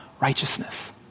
righteousness